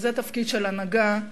וזה תפקידה של הנהגה,